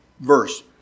verse